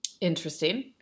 Interesting